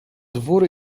dwór